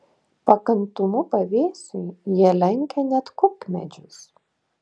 pakantumu pavėsiui jie lenkia net kukmedžius